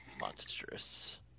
monstrous